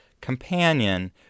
companion